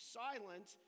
silent